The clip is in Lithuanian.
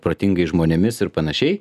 protingais žmonėmis ir panašiai